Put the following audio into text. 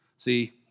See